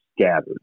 scattered